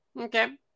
Okay